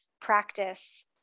practice